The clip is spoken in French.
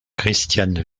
christiane